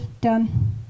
done